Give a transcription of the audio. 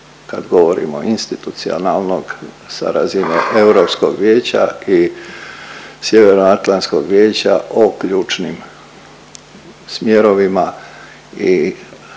kad govorimo o institucionalnog sa razine Europskog vijeća i Sjeveroatlantskog vijeća od ključnim smjerovima i